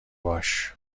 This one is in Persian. باش